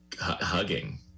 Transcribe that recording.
hugging